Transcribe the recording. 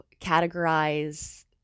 categorize